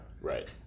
Right